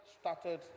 Started